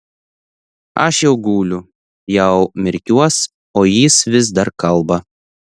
aš jau guliu jau merkiuos o jis vis dar kalba